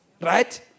right